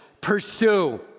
pursue